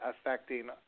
affecting